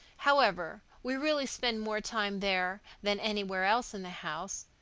however, we really spend more time there than anywhere else in the house.